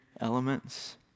elements